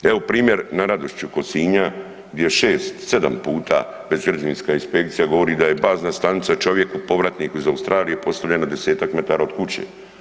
Evo primjer na Radošiću kod Sinja gdje je 6, 7 puta već građevinska inspekcija, govori da je bazna stanica čovjeku, povratniku iz Australija postavljena 10-tak metara od kuće.